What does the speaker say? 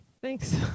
thanks